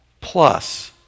plus